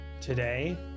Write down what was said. today